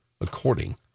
according